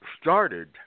started